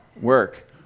work